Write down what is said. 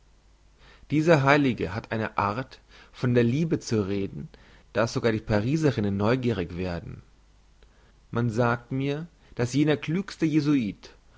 dieser heilige hat eine art von der liebe zu reden dass sogar die pariserinnen neugierig werden man sagt mir dass jener klügste jesuit